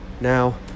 now